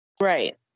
Right